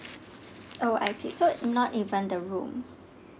oh I see so not even the room